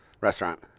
restaurant